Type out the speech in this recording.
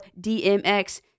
DMX